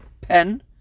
pen